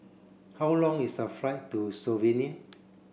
how long is the flight to Slovenia